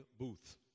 Booth